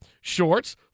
shorts